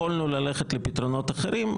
יכולנו ללכת לפתרונות אחרים.